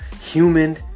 human